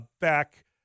back